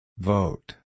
Vote